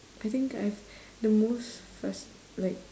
I think I've the most frus~ like